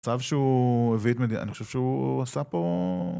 המצב שהוא הביא את מדינ..., אני חושב שהוא עשה פה...